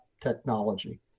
technology